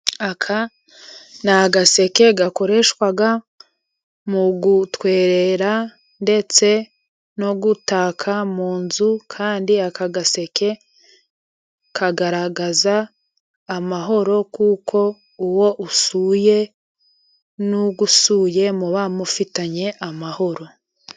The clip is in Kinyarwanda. Aka ni agaseke gakoreshwa mu gutwerera ndetse no gutaka mu nzu, kandi aka gaseke kagaragaza amahoro, kuko uwo usuye n'ugusuye muba mufitanye amahoro.